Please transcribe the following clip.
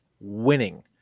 winning